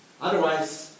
Otherwise